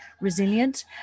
resilient